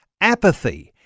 apathy